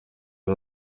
ari